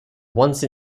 once